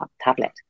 tablet